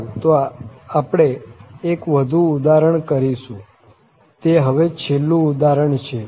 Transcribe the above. સારું તો આપણે એક વધુ ઉદાહરણ કરીશું તે હવે છેલ્લું ઉદાહરણ છે